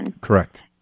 Correct